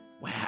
Wow